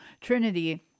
Trinity